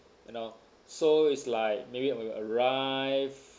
you know so it's like maybe when we arrive